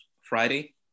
friday